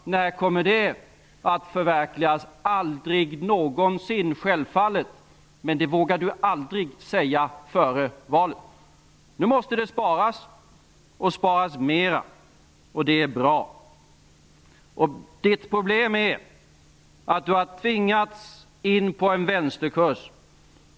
När kommer detta att förverkligas? Självfallet aldrig någonsin. Men det vågade aldrig Ingvar Carlsson säga före valet. Nu måste det sparas, och sparas mera. Det är bra. Ingvar Carlssons problem är att han tvingats in på en vänsterkurs.